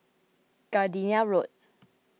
Gardenia Road